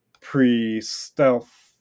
pre-stealth